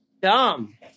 dumb